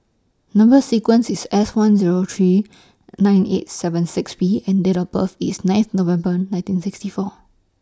Number sequence IS S one Zero three nine eight seven six B and Date of birth IS ninth November nineteen sixty four